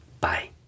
Bye